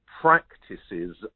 practices